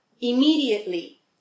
immediately